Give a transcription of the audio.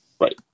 Right